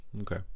okay